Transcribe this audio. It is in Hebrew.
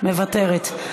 מוותרת.